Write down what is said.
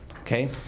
Okay